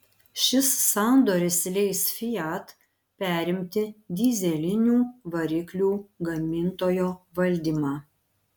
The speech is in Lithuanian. šis sandoris leis fiat perimti dyzelinių variklių gamintojo valdymą